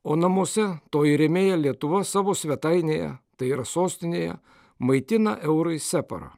o namuose toji rėmėja lietuvos savo svetainėje tai yra sostinėje maitina eurais separą